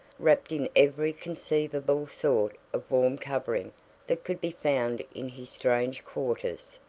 wrapped in every conceivable sort of warm covering that could be found in his strange quarters.